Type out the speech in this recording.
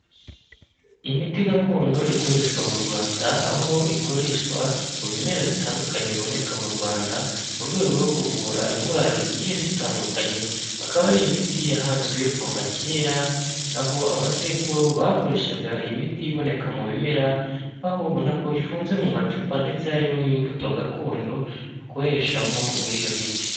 Imiti gakondo ikoreshwa mu Rwanda aho ikoreshwa mu bimera bitandukanye biboneka mu Rwanda mu rwego rwo kuvura indwara zigiye zitandukanye, ikaba ari imiti yahanzwe kuva kera aho abasekuru bakoreshaga iyi miti iboneka mu bimera aho ubona ko ifunze mu macupa ndetse hariho n'imbuto gakondo bakoreshamo muri iyo miti.